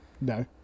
No